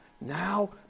now